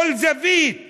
כל זווית